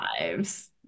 lives